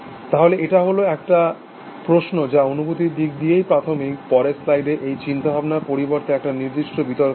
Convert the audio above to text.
তাহলে এটা হল একটা প্রশ্ন যা অনুভূতির দিক দিয়ে প্রাথমিক পরের স্লাইডে এই চিন্তাভাবনার পরিবর্তে একটা নির্দিষ্ট বিতর্ক ছিল